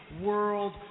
world